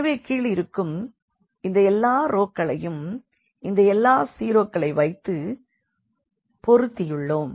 எனவே கீழிருக்கும் இந்த எல்லா ரோக்களையும் இந்த 0க்களை வைத்து பொருத்தியுள்ளோம்